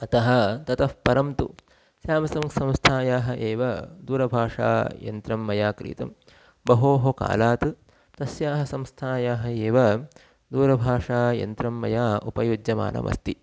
अतः ततः परं तु स्याम्संग् संस्थायाः एव दूरभाषायन्त्रं मया क्रीतं बहोः कालात् तस्याः संस्थायाः एव दूरभाषायन्त्रं मया उपयुज्यमानमस्ति